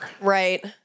Right